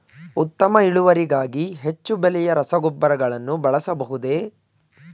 ಉತ್ತಮ ಇಳುವರಿಗಾಗಿ ಹೆಚ್ಚು ಬೆಲೆಯ ರಸಗೊಬ್ಬರಗಳನ್ನು ಬಳಸಬಹುದೇ?